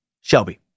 Shelby